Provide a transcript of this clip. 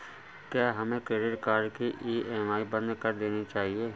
क्या हमें credit card की ई.एम.आई बंद कर देनी चाहिए?